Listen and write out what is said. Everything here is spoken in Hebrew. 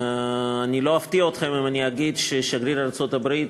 אני לא אפתיע אתכם אם אני אגיד ששגריר ארצות-הברית